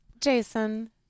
Jason